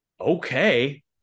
okay